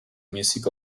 music